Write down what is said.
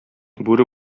бүре